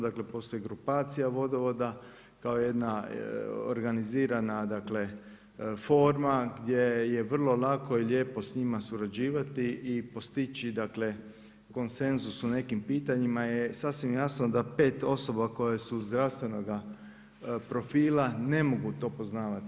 Dakle, postoji grupacija vodovoda, kao jedna organizirana forma, gdje je vrlo lako i lijepo s njima surađivati i postići konsenzus u nekim pitanjima je sasvim jasno da 5 osoba koje su zdravstvenoga profila ne mogu to poznavati.